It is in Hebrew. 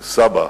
סבא,